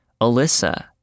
Alyssa